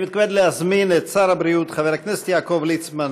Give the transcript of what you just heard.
אני מתכבד להזמין את שר הבריאות חבר הכנסת יעקב ליצמן